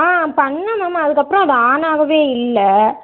ஆ பண்ணிணோம் மேம் அதுக்கப்புறம் அது ஆன் ஆகவே இல்லை